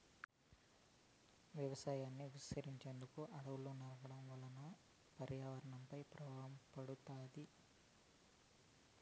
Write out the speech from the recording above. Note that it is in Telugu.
వ్యవసాయాన్ని విస్తరించేందుకు అడవులను నరకడం వల్ల పర్యావరణంపై ప్రభావం పడుతాది